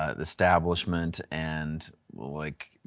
the establishment and like,